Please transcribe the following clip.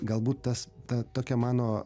galbūt tas ta tokia mano